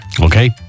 Okay